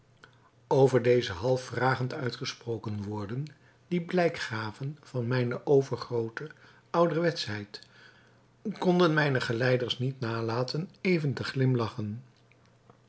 over deze half vragend uitgesproken woorden die blijk gaven van mijne overgroote ouderwetsheid konden mijne geleiders niet nalaten even te glimlachen